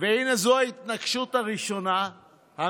והינה, זו ההתנגשות המשטרית